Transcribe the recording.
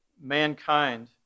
mankind